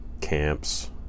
camps